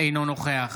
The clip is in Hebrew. אינו נוכח